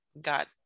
got